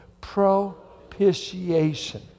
Propitiation